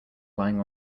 lying